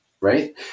right